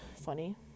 funny